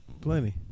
Plenty